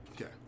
Okay